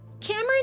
Cameron